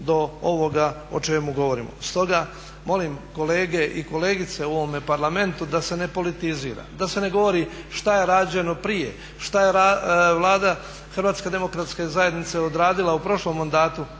do ovoga o čemu govorimo. Stoga, molim kolege i kolegice u ovome Parlamentu da se ne politizira, da se ne govori što je rađeno prije, što je Vlada HDZ-a odradila u prošlom mandatu,